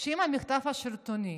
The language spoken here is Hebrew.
שאם המחטף השלטוני